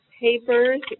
papers